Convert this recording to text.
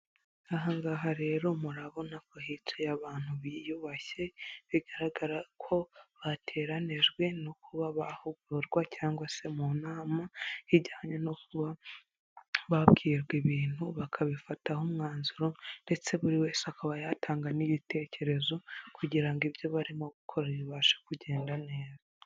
Aha ngaha rero murabona ko hicaye abantu biyubashye, bigaragara ko bateranijwe no kuba bahugurwa cyangwa se mu nama ijyanye no kuba babwirwa ibintu bakabifataho umwanzuro ndetse buri wese akaba yatanga n'ibitekerezo kugira ngo ibyo barimo gukora bibashe kugenda neza.